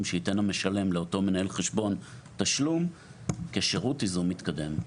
שייתן המשלם לאותו מנהל חשבון תשלום כשירות ייזום מתקדם.